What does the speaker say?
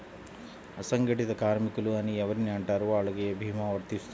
అసంగటిత కార్మికులు అని ఎవరిని అంటారు? వాళ్లకు ఏ భీమా వర్తించుతుంది?